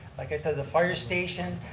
like i said, the fire station,